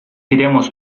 iremos